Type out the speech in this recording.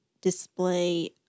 display